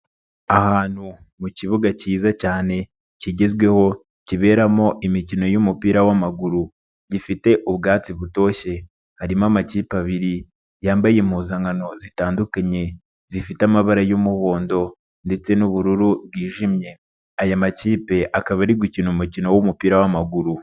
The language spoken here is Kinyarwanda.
Ahantu mu kibuga cyiza cyane kigezweho kiberamo imikino yumupira wamaguru gifite ubwatsi butoshye, harimo amakipe abiri yambaye impuzankano zitandukanye, zifite amabara y'umuhondo ndetse n'ubururu bwijimye, aya makipe akaba ari gukina umukino w'umupira w'amaguru.